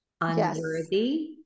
unworthy